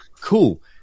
cool